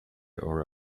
nor